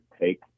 take